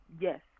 Yes